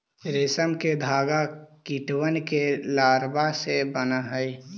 रेशम के धागा कीटबन के लारवा से बन हई